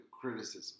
criticism